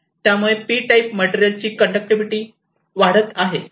त्यामुळे P type मटेरियलची conductivity वाढत आहे